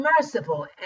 merciful